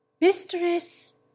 mistress